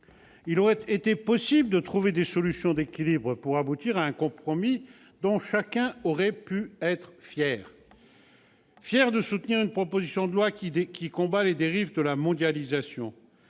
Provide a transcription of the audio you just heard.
Il aurait été possible de trouver des solutions d'équilibre pour aboutir à un compromis dont chacun aurait pu être fier. Fier de soutenir une proposition de loi qui combat les dérives de la mondialisation.